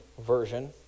version